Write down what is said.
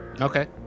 Okay